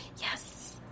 yes